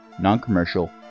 Non-Commercial